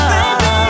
Baby